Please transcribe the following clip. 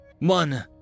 One